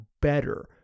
better